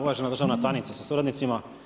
Uvažena državna tajnice sa suradnicima.